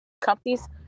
companies